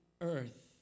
earth